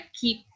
keep